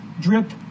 drip